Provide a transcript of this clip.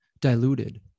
diluted